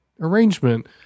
arrangement